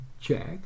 Check